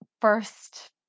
first